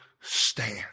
stand